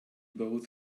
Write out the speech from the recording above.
both